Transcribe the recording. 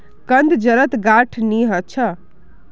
कंद जड़त गांठ नी ह छ